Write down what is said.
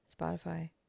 Spotify